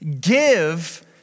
Give